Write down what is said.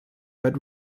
but